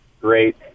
Great